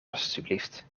alstublieft